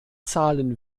zahlen